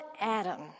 Adam